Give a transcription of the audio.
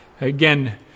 again